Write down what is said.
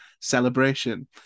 celebration